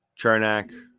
Chernak